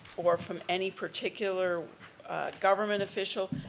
or from any particular government official,